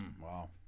Wow